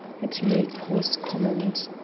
it may cause comment.